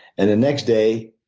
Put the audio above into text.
and the next day,